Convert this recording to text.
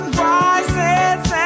rises